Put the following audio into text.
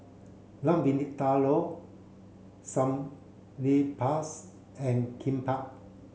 Lamb Vindaloo and Kimbap